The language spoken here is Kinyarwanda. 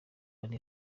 ari